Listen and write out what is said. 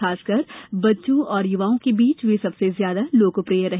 खासकर बच्चों और यूवाओं के बीच वे सबसे ज्यादा लोकप्रिय रहे